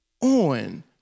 on